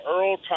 Earl